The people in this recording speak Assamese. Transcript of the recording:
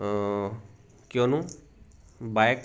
কিয়নো বাইক